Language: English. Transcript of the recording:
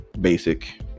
basic